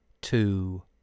two